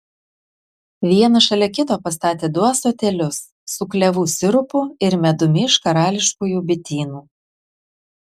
vieną šalia kito pastatė du ąsotėlius su klevų sirupu ir medumi iš karališkųjų bitynų